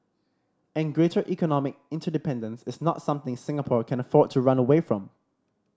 and greater economic interdependence is not something Singapore can afford to run away from